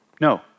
No